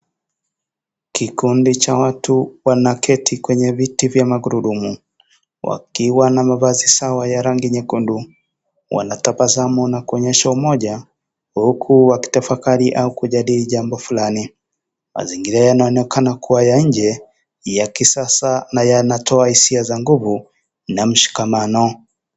Kikundi cha watu wanaketi kwenye viti vya magurudumu, wakiwa na mavazi sawa ya rangi nyekundu. Wanatabasamu na kuonyesha umoja huku wakitafakari au kujadili jambo fulani. Mazingira yanaonekana kuwa ya nje na kisasa na yanatoa hisia za nguvu na mshikamano.